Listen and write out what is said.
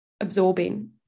absorbing